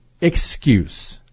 excuse